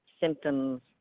symptoms